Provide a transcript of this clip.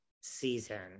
season